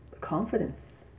confidence